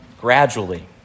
gradually